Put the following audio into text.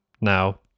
now